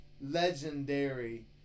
legendary